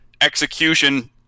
execution